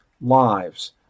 lives